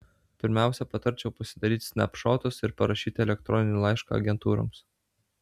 pirmiausia patarčiau pasidaryt snepšotus ir parašyt elektroninį laišką agentūroms